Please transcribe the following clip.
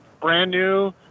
brand-new